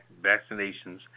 vaccinations